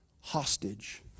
hostage